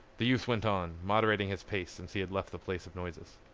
the youth went on, moderating his pace since he had left the place of noises.